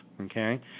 okay